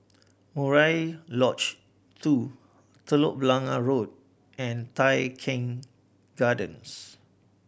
Murai Lodge Two Telok Blangah Road and Tai Keng Gardens